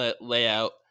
layout